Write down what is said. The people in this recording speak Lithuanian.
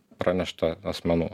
praneštą asmenų